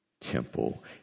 temple